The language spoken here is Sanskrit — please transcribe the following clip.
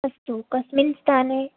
अस्तु कस्मिन् स्थाने